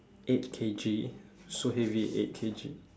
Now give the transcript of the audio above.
eight K_G so heavy eight K_G